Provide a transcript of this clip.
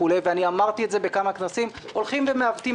אמרתי את זה בכמה כנסים אבל מעוותים